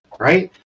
Right